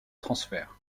transfert